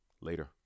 Later